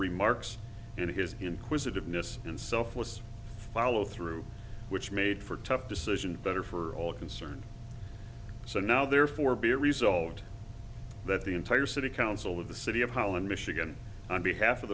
remarks and his inquisitiveness and selfless follow through which made for tough decision better for all concerned so now there for be resolved that the entire city council of the city of holland michigan on behalf of